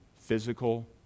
physical